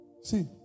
see